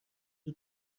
زود